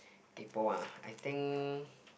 kaypoh ah I think